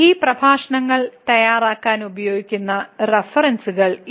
ഈ പ്രഭാഷണങ്ങൾ തയ്യാറാക്കാൻ ഉപയോഗിക്കുന്ന റഫറൻസുകളാണ് ഇത്